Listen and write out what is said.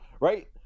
right